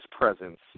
presence